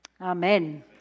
Amen